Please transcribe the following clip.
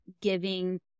giving